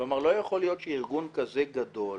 לא יכול להיות שארגון כזה גדול